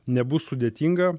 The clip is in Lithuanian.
nebus sudėtinga